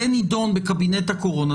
זה נדון בקבינט הקורונה,